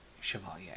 Chevalier